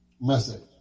message